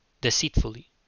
deceitfully